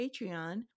patreon